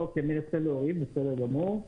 אוקיי, אני אנסה להוריד, בסדר גמור.